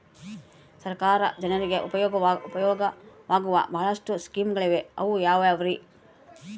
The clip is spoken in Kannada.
ಸರ್ಕಾರ ಜನರಿಗೆ ಉಪಯೋಗವಾಗೋ ಬಹಳಷ್ಟು ಸ್ಕೇಮುಗಳಿವೆ ಅವು ಯಾವ್ಯಾವ್ರಿ?